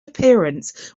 appearance